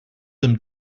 them